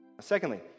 Secondly